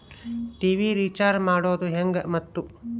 TV recharge ಮಾಡೋದು ಹೆಂಗ ಮತ್ತು?